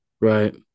Right